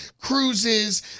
cruises